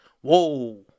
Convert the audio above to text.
Whoa